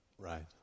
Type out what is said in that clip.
Right